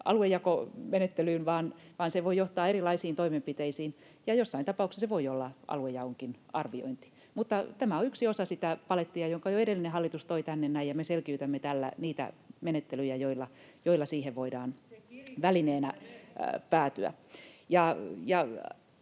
aluejakomenettelyyn, vaan se voi johtaa erilaisiin toimenpiteisiin, ja jossain tapauksissa se voi olla aluejaonkin arviointi. Tämä on yksi osa sitä palettia, jonka jo edellinen hallitus toi tänne näin, ja me selkiytämme tällä niitä menettelyjä, joilla siihen voidaan välineenä päätyä.